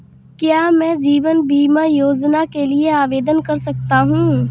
क्या मैं जीवन बीमा योजना के लिए आवेदन कर सकता हूँ?